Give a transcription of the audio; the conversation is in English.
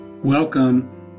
Welcome